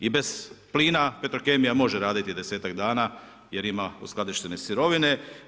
I bez plina Petrokemija može raditi 10-ak dana jer ima uskladištene sirovine.